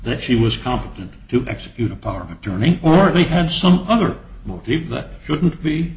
that she was competent to execute a power of attorney or they had some other motive that shouldn't be